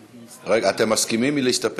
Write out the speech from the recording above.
רגע, אתם מסכימים להסתפק?